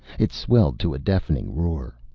it swelled to a deafening roar.